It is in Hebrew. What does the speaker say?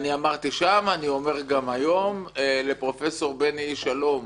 אני אמרתי שם ואני אומר היום לפרופסור בני איש שלום,